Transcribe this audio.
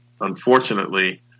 Unfortunately